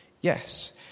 Yes